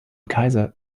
kaiser